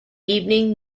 evening